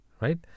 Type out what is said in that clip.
right